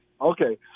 Okay